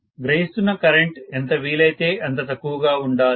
గ్రహిస్తున్న current ఎంత వీలైతే అంత తక్కువగా ఉండాలి